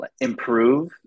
improve